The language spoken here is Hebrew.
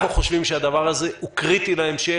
אנחנו חושבים שהדבר הזה הוא קריטי להמשך.